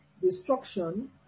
Destruction